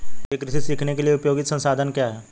ई कृषि सीखने के लिए उपयोगी संसाधन क्या हैं?